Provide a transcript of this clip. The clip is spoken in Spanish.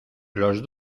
los